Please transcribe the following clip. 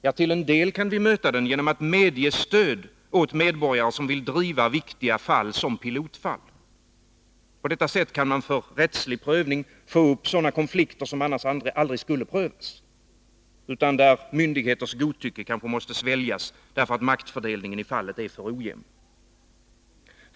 Ja, till en del kan vi möta dessa tendenser genom att medge stöd åt medborgare, som vill driva viktiga fall såsom pilotfall. På detta sätt kan man för rättslig prövning få upp konflikter som annars aldrig skulle prövas, utan där myndigheters godtycke måste sväljas, därför att maktfördelningen fallet är för ojämn.